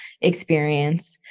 experience